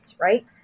right